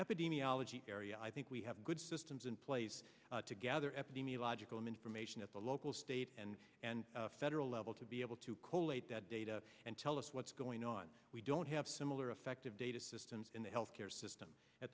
epidemiology area i think we have good systems in place to gather epidemiological information at the local state and federal level to be able to correlate that data and tell us what's going on we don't have similar effective data systems in the health care system at